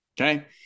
okay